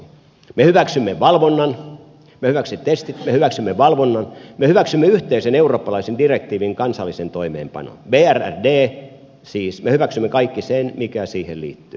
me hyväksymme valvonnan me hyväksymme testit me hyväksymme yhteisen eurooppalaisen direktiivin kansallisen toimeenpanon siis brrdn me hyväksymme kaikki sen mikä siihen liittyy